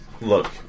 Look